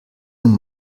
nun